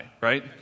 right